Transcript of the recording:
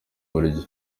buryo